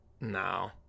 no